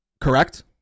correct